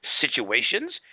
situations